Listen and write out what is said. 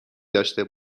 داشته